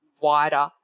wider